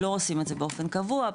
לא עושים את זה באופן קבוע,